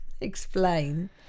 Explain